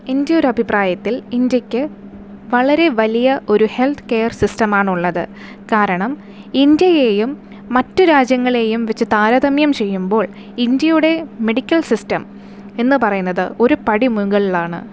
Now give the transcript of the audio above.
എന്റെ ഒരഭിപ്രായത്തിൽ ഇന്ത്യയ്ക്ക് വളരെ വലിയ ഒരു ഹെല്ത്ത് കെയർ സിസ്റ്റം ആണുള്ളത് കാരണം ഇന്ത്യയെയും മറ്റു രാജ്യങ്ങളെയും വെച്ച് താരതമ്യം ചെയ്യുമ്പോൾ ഇന്ത്യയുടെ മെഡിക്കൽ സിസ്റ്റം എന്ന് പറയുന്നത് ഒരു പടി മുകളിലാണ്